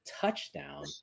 touchdown